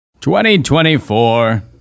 2024